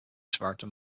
zwarte